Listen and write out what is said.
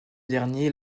dernier